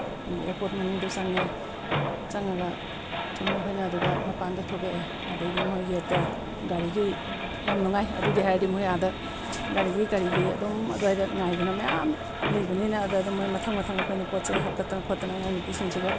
airport ꯃꯅꯨꯡꯗꯨꯗ ꯆꯪꯉꯦ ꯆꯪꯉꯒ ꯆꯨꯝꯅ ꯑꯩꯈꯣꯏꯅ ꯑꯗꯨꯒ ꯃꯄꯥꯟꯗ ꯊꯣꯛꯂꯛꯑꯦ ꯑꯗꯒꯤꯗꯤ ꯃꯣꯏꯒꯤ ꯒꯦꯠꯇ ꯒꯥꯔꯤꯒꯤ ꯌꯥꯝꯅ ꯅꯨꯡꯉꯥꯏ ꯑꯗꯨꯒꯤ ꯍꯥꯏꯔꯗꯤ ꯃꯣꯏ ꯑꯥꯗ ꯒꯥꯔꯤꯒꯤ ꯀꯔꯤꯒꯤ ꯑꯗꯨꯝ ꯑꯗꯨ ꯋꯥꯏꯗ ꯉꯥꯏꯗꯅ ꯃꯌꯥꯝ ꯂꯩꯕꯅꯤꯅ ꯑꯗ ꯑꯗꯨꯝ ꯃꯊꯪ ꯃꯊꯪ ꯑꯩꯈꯣꯏꯅ ꯄꯣꯠ ꯆꯩ ꯍꯥꯞꯀꯠꯇꯅ ꯈꯣꯠꯇꯅ ꯑꯉꯥꯡ ꯅꯨꯄꯤꯁꯤꯡꯁꯤꯒ